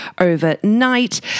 overnight